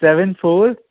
seven four